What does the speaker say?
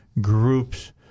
groups